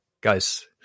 Guys